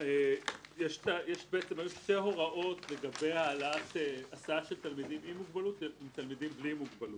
היו שתי הוראות לגבי הסעה של תלמידים עם מוגבלות וילדים בלי מוגבלות.